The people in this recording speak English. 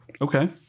Okay